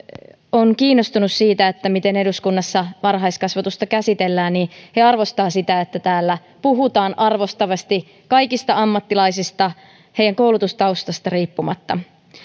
on kiinnostunut siitä miten eduskunnassa varhaiskasvatusta käsitellään niin he arvostavat sitä että täällä puhutaan arvostavasti kaikista ammattilaisista heidän koulutustaustastaan riippumatta